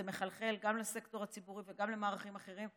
וזה מחלחל גם לסקטור הציבורי וגם למערכים אחרים.